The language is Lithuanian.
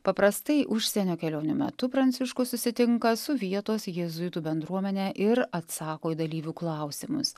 paprastai užsienio kelionių metu pranciškus susitinka su vietos jėzuitų bendruomene ir atsako į dalyvių klausimus